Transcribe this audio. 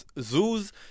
zoos